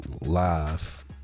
Live